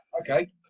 Okay